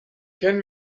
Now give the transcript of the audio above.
kennen